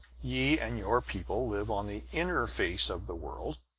ye and your people live on the inner face of the world,